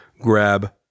grab